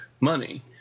money